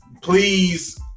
Please